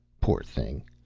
poor thing,